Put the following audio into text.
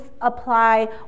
apply